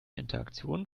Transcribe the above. interaktion